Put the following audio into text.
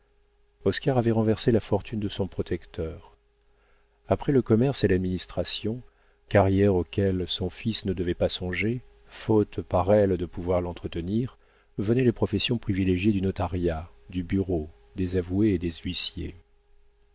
avait renversé la fortune de son protecteur après le commerce et l'administration carrières auxquelles son fils ne devait pas songer faute par elle de pouvoir l'entretenir venaient les professions privilégiées du notariat du barreau des avoués et des huissiers